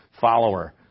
follower